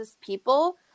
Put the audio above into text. people